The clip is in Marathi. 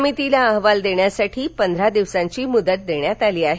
समितीला अहवाल देण्यासाठी पंधरा दिवसांची मुदत देण्यात आली आहे